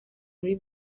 muri